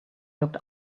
looked